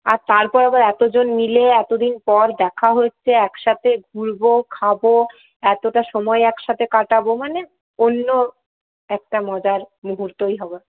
আর তারপর আবার এতজন মিলে এতদিন পর দেখা হচ্ছে একসাথে ঘুরবো খাবো এতটা সময় একসাথে কাটাবো মানে অন্য একটা মজার মুহূর্তই হবে